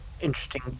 interesting